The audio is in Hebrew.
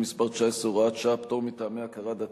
מס' 19) (הוראת שעה) (פטור מטעמי הכרה דתית),